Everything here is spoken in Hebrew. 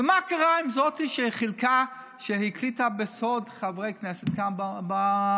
ומה קרה עם זאת שהקליטה בסוד חברי כנסת כאן במליאה?